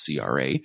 CRA